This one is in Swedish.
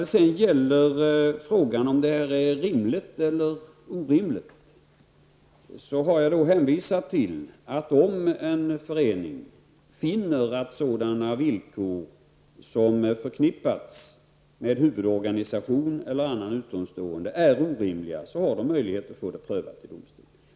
När det gäller frågan om det är rimligt eller orimligt har jag hänvisat till att om en förening finner att sådana villkor som förknippats med huvudorganisation eller annan utomstående är orimliga, så har man möjlighet att få detta prövat i domstol.